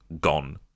gone